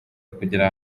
kugira